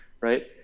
right